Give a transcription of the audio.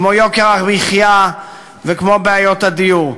כמו יוקר המחיה וכמו בעיות הדיור.